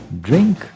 drink